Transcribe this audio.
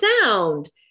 sound